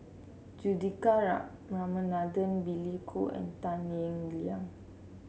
Juthika Ramanathan Billy Koh and Tan Eng Liang